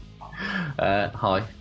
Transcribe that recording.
Hi